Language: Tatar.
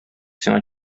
сиңа